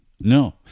No